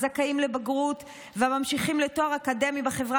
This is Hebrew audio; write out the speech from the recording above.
הזכאים לבגרות והממשיכים לתואר אקדמי בחברה